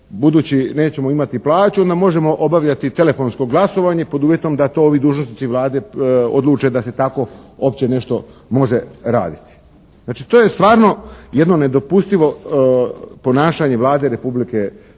budući nećemo imati plaću onda možemo obavljati telefonsko glasovanje, pod uvjetom da to ovi dužnosnici Vlade odluče da se tako opće nešto može raditi. Znači to je stvarno jedno nedopustivo ponašanje Vlade Republike